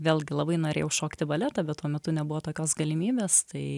vėlgi labai norėjau šokti baletą bet tuo metu nebuvo tokios galimybės tai